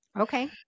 Okay